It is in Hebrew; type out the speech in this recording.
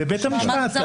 בבית המשפט.